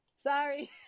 sorry